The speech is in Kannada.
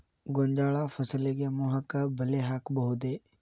ಗೋಂಜಾಳ ಫಸಲಿಗೆ ಮೋಹಕ ಬಲೆ ಹಾಕಬಹುದೇ?